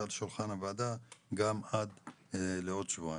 על שולחן הוועדה גם עד לעוד שבועיים,